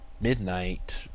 midnight